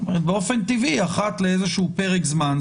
אז באופן טבעי אחת לאיזה שהוא פרק זמן,